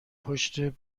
پشت